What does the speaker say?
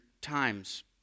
times